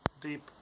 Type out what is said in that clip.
deep